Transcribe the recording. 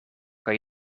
kan